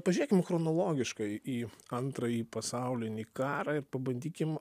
pažiūrėkim chronologiškai į antrąjį pasaulinį karą ir pabandykim